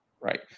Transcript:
Right